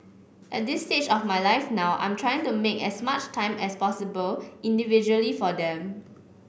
at this stage of my life now I'm trying to make as much time as possible individually for them